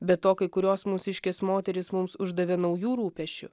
be to kai kurios mūsiškės moterys mums uždavė naujų rūpesčių